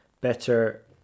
better